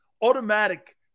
automatic